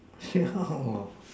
yeah